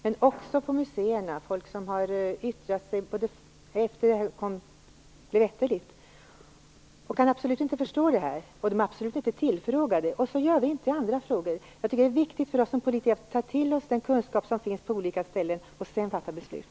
Men också på museerna har folk yttrat sig sedan detta blev känt. De kan absolut inte förstå det här, och de är absolut inte tillfrågade. Så gör vi inte i andra frågor. Jag tycker att det är viktigt för oss som politiker att ta till oss den kunskap som finns på olika ställen och sedan fatta beslut.